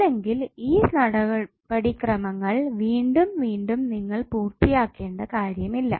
അല്ലെങ്കിൽ ഈ നടപടിക്രമങ്ങൾ വീണ്ടും വീണ്ടും നിങ്ങൾ പൂർത്തിയാക്കേണ്ട കാര്യമില്ല